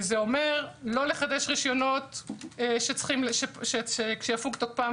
זה אומר לא לחדש רשיונות כשיפוג תוקפם